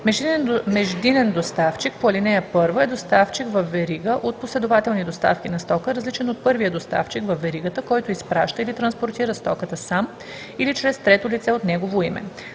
Междинен доставчик по ал. 1 е доставчик във верига от последователни доставки на стока, различен от първия доставчик във веригата, който изпраща или транспортира стоката сам или чрез трето лице от негово име.